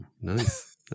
Nice